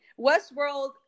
Westworld –